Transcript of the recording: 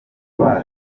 bazi